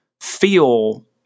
feel